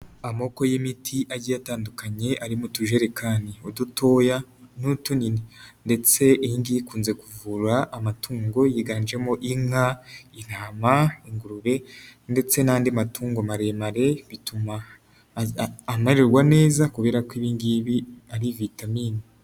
Amoko y'imiti agiye atandukanye arimo utujerekani udutoya n'utunini ndetse iyi ngiyi ikunze kuvura amatungo, yiganjemo inka, intama, ingurube ndetse n'andi matungo maremare, bituma amererwa neza kubera ko ibi ngibi ari vitamine.